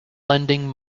lending